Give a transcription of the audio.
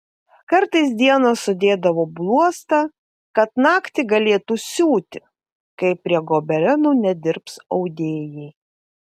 kartais dieną sudėdavo bluostą kad naktį galėtų siūti kai prie gobelenų nedirbs audėjai